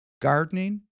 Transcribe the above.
gardening